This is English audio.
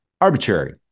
Arbitrary